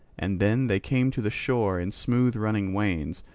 and then they came to the shore in smooth-running wains,